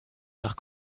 nach